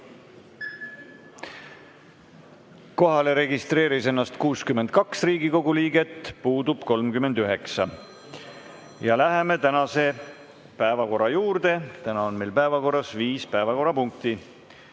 Kohalolijaks registreeris ennast 62 Riigikogu liiget, puudub 39. Läheme tänase päevakorra juurde. Täna on meil päevakorras viis päevakorrapunkti.